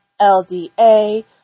LDA